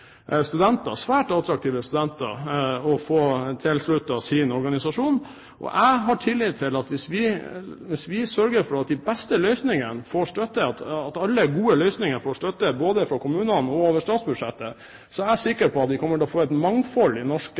studenter å få tilsluttet sin organisasjon. Og jeg har tillit til at hvis vi sørger for at de beste løsningene får støtte, at alle gode løsninger får støtte, både fra kommunene og over statsbudsjettet, er jeg sikker på at vi kommer til å få et mangfold i norske